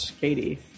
Katie